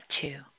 two